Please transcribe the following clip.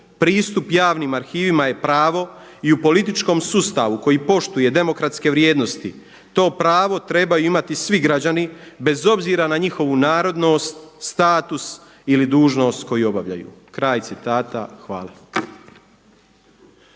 Pristup javnim arhivima je pravo i u političkom sustavu koji poštuje demokratske vrijednosti to pravo trebaju imati svi građani bez obzira na njihovu narodnost, status ili dužnost koju obavljaju. Kraj citata. Hvala.